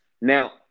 Now